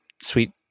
sweet